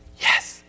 Yes